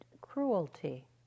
cruelty